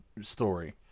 story